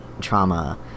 trauma